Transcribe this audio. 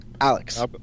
Alex